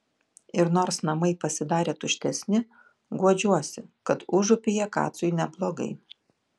ir nors namai pasidarė tuštesni guodžiuosi kad užupyje kacui neblogai